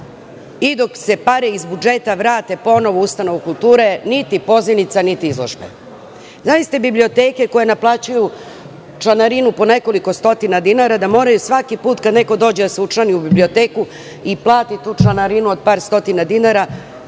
i dok se pare iz budžeta vrate u ustanovu kulture, niti pozivnica, niti izložbe. Zamislite biblioteke, koje naplaćuju članarinu po nekoliko stotina dinara, da moraju svaki put kada neko dođe da se učlani u biblioteku i plati tu članarinu od par stotina dinara,